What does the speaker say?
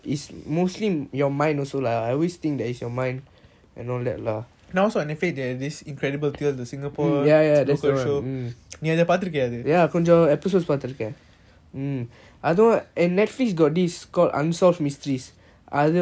now also on netflix there's incredible tales the singapore show நீ அது பாத்து இருக்கியா அது:nee athu paathu irukiya athu oh அது நான் பாக்கல அது:athu naan paakala athu